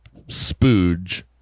spooge